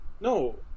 No